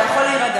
אתה יכול להירגע.